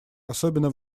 особенно